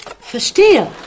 Verstehe